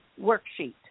worksheet